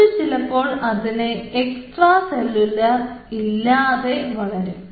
മറ്റു ചിലപ്പോൾ അതിനു എക്സ്ട്രാ സെല്ലുലാർ ഇല്ലാതെ ഇവ വളരും